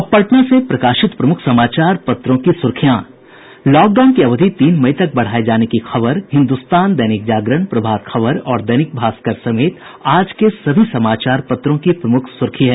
अब पटना से प्रकाशित प्रमुख समाचार पत्रों की सुर्खियां लॉकडाउन की अवधि तीन मई तक बढ़ाये जाने की खबर हिन्दुस्तान दैनिक जागरण प्रभात खबर और दैनिक भास्कर समेत आज के सभी समाचार पत्रों की प्रमुख सुर्खी है